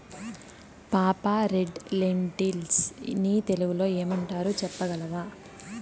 పాపా, red lentils ని తెలుగులో ఏమంటారు చెప్పగలవా